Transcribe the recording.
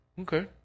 okay